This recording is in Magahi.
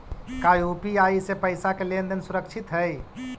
का यू.पी.आई से पईसा के लेन देन सुरक्षित हई?